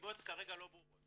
הסיבות כרגע לא ברורות.